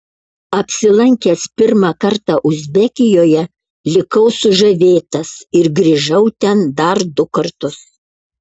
apsilankęs pirmą kartą uzbekijoje likau sužavėtas ir grįžau ten dar du kartus